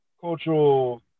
cultural